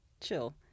chill